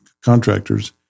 contractors